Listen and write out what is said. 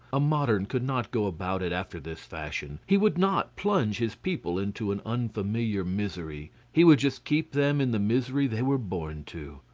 a modern could not go about it after this fashion. he would not plunge his people into an unfamiliar misery. he would just keep them in the misery they were born to.